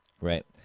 Right